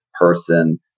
person